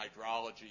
hydrology